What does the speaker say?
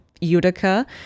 Utica